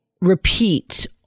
repeat